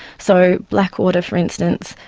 so, blackwater, for instance,